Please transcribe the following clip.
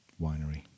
winery